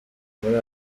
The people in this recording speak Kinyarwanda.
muri